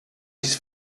his